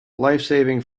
lifesaving